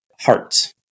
hearts